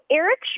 Eric